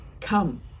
come